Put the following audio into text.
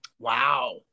Wow